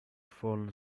fallen